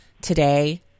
today